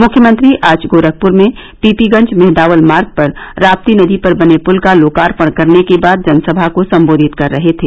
मुख्यमंत्री आज गोरखपुर में पीपीगंज मेंहदावल मार्ग पर राप्ती नदी पर बने पुल का लोकार्पण करने के बाद जनसभा को संबोधित कर रहे थे